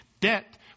Debt